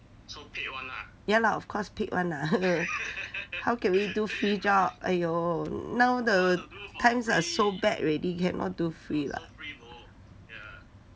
ya lah of course paid [one] ah hello how can we do free job !aiyo! now the times are so bad already cannot do free lah